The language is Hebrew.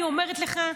אני אומרת לך,